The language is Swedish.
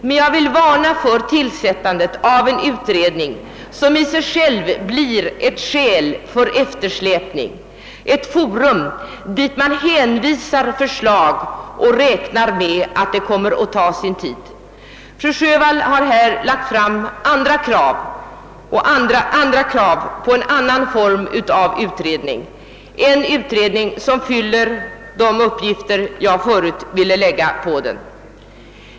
Jag vill däremot varna för tillsättandet av en utredning, som i sig själv blir orsak till eftersläpning, ett forum dit man hänvisar förslag, medveten om att behandlingen kommer att ta sin tid. Fru Sjövall har härvidlag fört fram krav på en annan form av utredning, en utredning som fyller de uppgifter jag velat lägga på den.